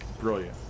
Brilliant